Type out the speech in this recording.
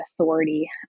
authority